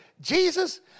Jesus